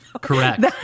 Correct